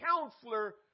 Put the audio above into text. counselor